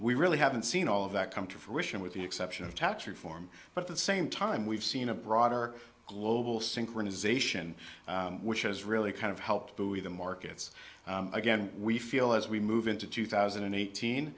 we really haven't seen all of that come to fruition with the exception of tax reform but that same time we've seen a broader global synchronization which has really kind of helped buoy the markets again we feel as we move into two thousand and eighteen